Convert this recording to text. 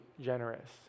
generous